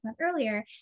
earlier